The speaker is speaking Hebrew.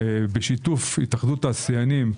בשיתוף האחדות התעשיינים,